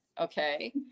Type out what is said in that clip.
okay